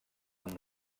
amb